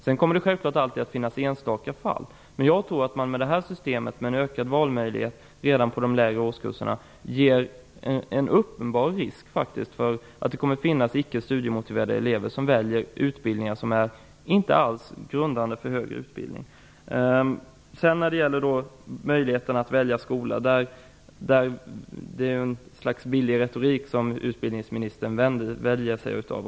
Det kommer självfallet alltid att finnas enstaka fall som visar motsatsen, men jag tror att systemet med ökad valmöjlighet redan i de lägre årskurserna innebär en uppenbar risk för att icke studiemotiverade elever väljer utbildningar som inte alls är grundande för högre utbildning. Utbildningsministern använder sig av billig retorik när han kommenterar Socialdemokraternas syn på möjligheten att välja skola.